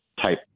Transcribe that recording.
type